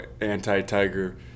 anti-Tiger